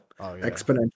exponential